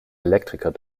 elektriker